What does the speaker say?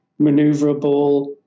maneuverable